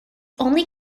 only